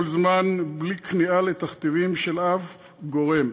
זמן בלי כניעה לתכתיבים של אף גורם.